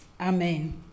Amen